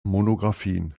monographien